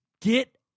get